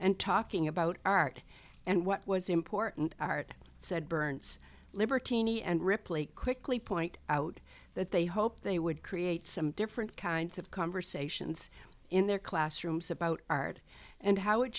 and talking about art and what was important art said burns libertine he and ripley quickly point out that they hoped they would create some different kinds of conversations in their classrooms about art and how it